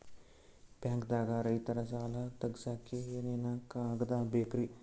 ಬ್ಯಾಂಕ್ದಾಗ ರೈತರ ಸಾಲ ತಗ್ಸಕ್ಕೆ ಏನೇನ್ ಕಾಗ್ದ ಬೇಕ್ರಿ?